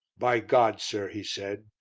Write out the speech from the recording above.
by god! sir, he said,